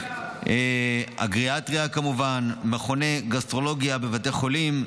בגריאטריה כמובן, מכוני גסטרולוגיה בבתי חולים,